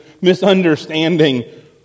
misunderstanding